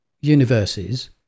universes